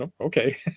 Okay